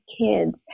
kids